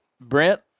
Brent